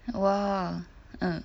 oh mm